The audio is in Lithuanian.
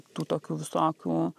tų tokių visokių